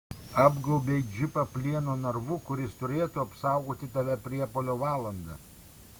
apgaubei džipą plieno narvu kuris turėtų apsaugoti tave priepuolio valandą